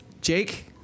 jake